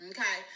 Okay